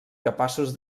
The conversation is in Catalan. capaços